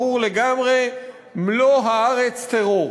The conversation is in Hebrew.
ברור לגמרי: מלוא הארץ טרור.